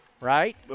right